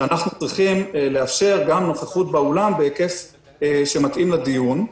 שאנחנו צריכים לאפשר גם נוכחות באולם בהיקף שמתאים לדיון.